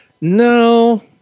no